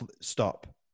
stop